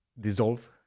Dissolve